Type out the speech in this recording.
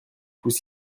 clous